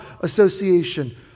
Association